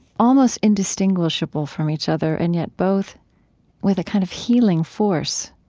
almost indistinguishable from each other, and yet both with a kind of healing force.